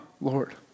Lord